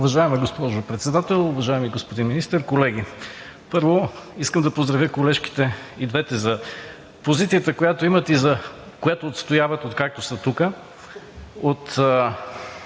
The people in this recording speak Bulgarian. Уважаема госпожо Председател, уважаеми господин Министър, колеги! Първо искам да поздравя колежките – и двете, за позицията, която имат и която отстояват, откакто са тук!